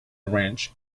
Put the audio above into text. ranch